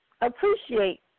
appreciate